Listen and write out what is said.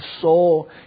soul